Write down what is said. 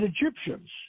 Egyptians